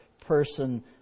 person